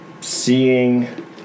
seeing